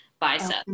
bicep